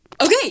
Okay